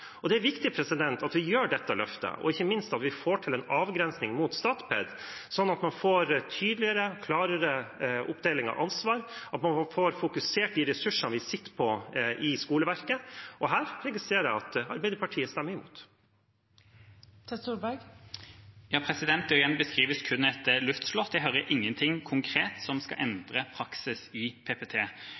Det er viktig at vi gjør dette løftet, og ikke minst at vi får til en avgrensning mot Statped, slik at man får tydeligere og klarere oppdeling av ansvar, og at man får fokusert de ressursene vi sitter på i skoleverket. Her registrerer jeg at Arbeiderpartiet stemmer mot. Igjen beskrives kun et luftslott; jeg hører ingenting konkret som skal endre praksis i PPT.